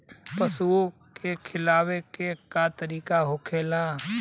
पशुओं के खिलावे के का तरीका होखेला?